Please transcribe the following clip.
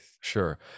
sure